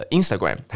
Instagram